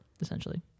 Essentially